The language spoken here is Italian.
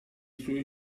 suoi